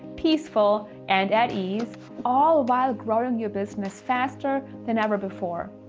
peaceful, and at ease all while growing your business faster than ever before,